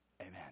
Amen